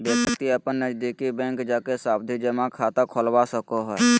व्यक्ति अपन नजदीकी बैंक जाके सावधि जमा खाता खोलवा सको हय